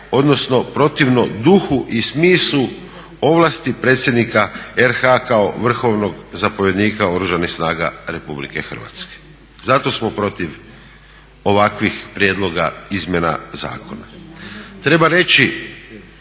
odnosno protivno duhu i smislu ovlasti predsjednika RH kao vrhovnog zapovjednika Oružanih snaga RH. Zato smo protiv ovakvim prijedloga izmjena zakona.